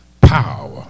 power